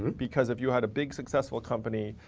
because if you had a big successful company,